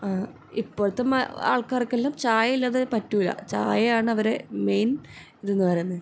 ആ ഇപ്പോഴത്തെ ആൾക്കാർക്കെല്ലാം ചായ ഇല്ലാതെ പറ്റൂല്ല ചായ ആണ് അവരെ മെയിൻ ഇതെന്ന് പറയുന്നത്